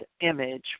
image